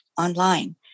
online